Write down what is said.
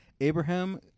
Abraham